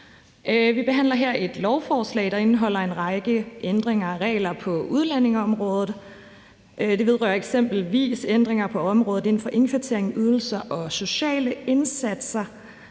Vi behandler her et lovforslag, der indeholder en række ændringer af reglerne på udlændingeområdet. Det vedrører eksempelvis ændringer inden for området med indkvartering, ydelser og sociale indsatser.